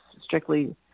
strictly